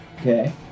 Okay